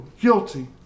guilty